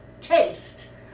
taste